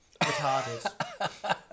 Retarded